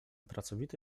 pracowity